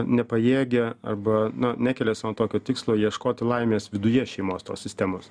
nepajėgia arba na nekelia sau tokio tikslo ieškoti laimės viduje šeimos tos sistemos